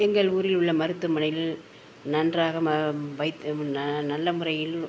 எங்கள் ஊரில் உள்ள மருத்துவமனையில் நன்றாக மா வைத்து நா நல்ல முறையில்